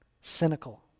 cynical